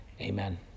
amen